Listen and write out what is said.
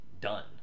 done